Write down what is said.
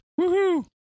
Woohoo